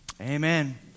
amen